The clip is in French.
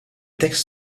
textes